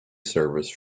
service